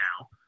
now